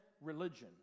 religion